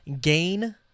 Gain